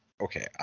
okay